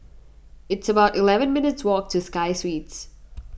it's about eleven minutes' walk to Sky Suites